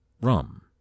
rum